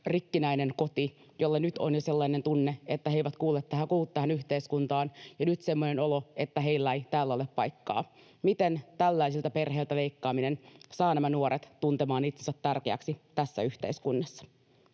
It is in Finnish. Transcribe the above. rikkinäinen koti, joilla jo nyt on sellainen tunne, että he eivät kuulu tähän yhteiskuntaan, ja nyt semmoinen olo, että heillä ei täällä ole paikkaa. Miten tällaisilta perheiltä leikkaaminen saa nämä nuoret tuntemaan itsensä tärkeiksi tässä yhteiskunnassa?